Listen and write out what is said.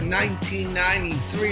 1993